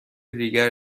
دیگر